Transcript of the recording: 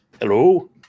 Hello